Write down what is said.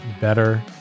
better